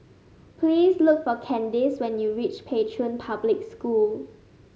please look for Candyce when you reach Pei Chun Public School